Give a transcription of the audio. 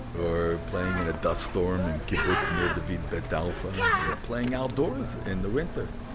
or playing in a dust storm in kibbutz nir david beit alpha or playing outdoors in the winter.